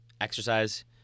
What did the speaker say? Exercise